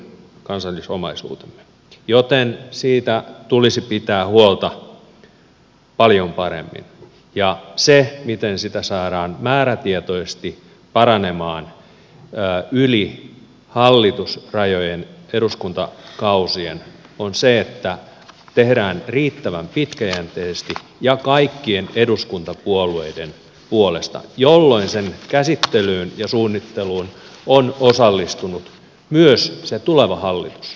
kansallisomaisuutemme joten siitä tulisi pitää huolta paljon paremmin ja se miten sitä saadaan määrätietoisesti paranemaan yli hallitusrajojen eduskuntakausien on se että tehdään riittävän pitkäjänteisesti ja kaikkien eduskuntapuolueiden puolesta jolloin sen käsittelyyn ja suunnitteluun on osallistunut myös se tuleva hallitus